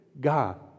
God